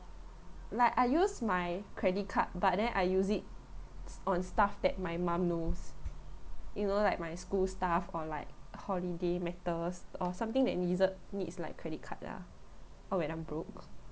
like I use my credit card but then I use it s~ on stuff that my mum knows you know like my school stuff or like holiday matters or something that needs uh needs like credit card lah or when I'm broke